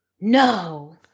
No